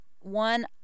one